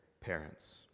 parents